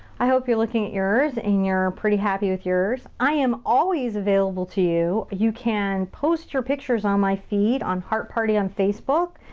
i hope you're looking at yours and you're pretty happy with yours. i am always available to you. you can post your pictures on my feed. on hart party on facebook.